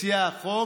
מציע החוק,